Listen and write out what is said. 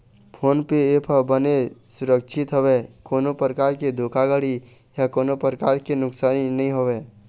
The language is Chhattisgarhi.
फोन पे ऐप ह बनेच सुरक्छित हवय कोनो परकार के धोखाघड़ी या कोनो परकार के नुकसानी नइ होवय